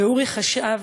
ואורי חשב